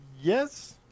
Yes